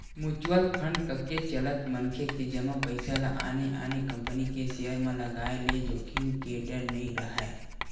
mutual fund कके चलत मनखे के जमा पइसा ल आने आने कंपनी के सेयर म लगाय ले जोखिम के डर नइ राहय